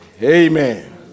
Amen